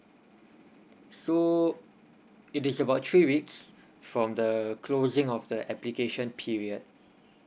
so it is about three weeks from the closing of the application period